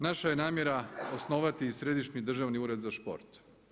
Naša je namjera osnovati i središnji Državni ured za šport.